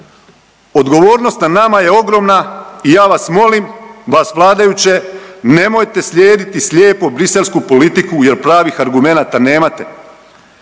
Odgovornost na nama je ogromna i ja vas molim, vas vladajuće, nemojte slijediti slijepo briselsku politiku jer pravih argumenata nemate.